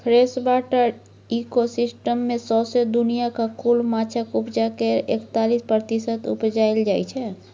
freshwater ecosystem मे सौसें दुनियाँक कुल माछक उपजा केर एकतालीस प्रतिशत उपजाएल जाइ छै